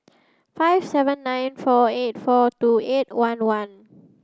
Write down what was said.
five seven nine four eight four two eight one one